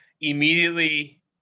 immediately